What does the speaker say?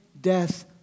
death